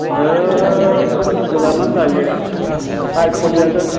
ओ गोजानानो जायो आयफावलियाजों